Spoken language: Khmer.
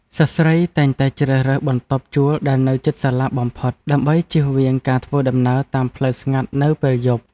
សិស្សស្រីតែងតែជ្រើសរើសបន្ទប់ជួលដែលនៅជិតសាលាបំផុត ដើម្បីជៀសវាងការធ្វើដំណើរតាមផ្លូវស្ងាត់នៅពេលយប់។